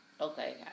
Okay